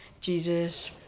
Jesus